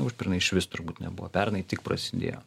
užpernai išvis turbūt nebuvo pernai tik prasidėjo